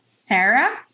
Sarah